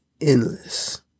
endless